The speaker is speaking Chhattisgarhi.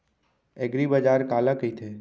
एगरीबाजार काला कहिथे?